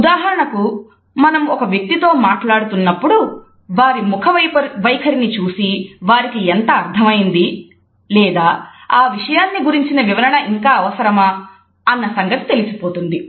ఉదాహరణకు మనం ఒక వ్యక్తి తో మాట్లాడుతున్నప్పుడు వారి ముఖ వైఖరిని చూసి వారికి ఎంత అర్థం అయింది లేదా ఆ విషయాన్ని గూర్చిన వివరణ ఇంకా అవసరమా అన్న సంగతి తెలిసిపోతుంది